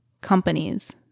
companies